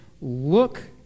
Look